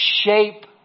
shape